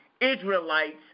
Israelites